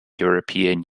european